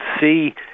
see